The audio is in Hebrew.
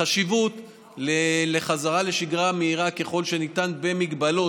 החשיבות של חזרה לשגרה מהירה ככל שניתן במגבלות